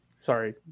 Sorry